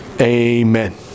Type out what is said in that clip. amen